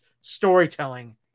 storytelling